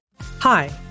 Hi